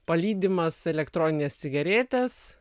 palydimas elektroninės cigaretės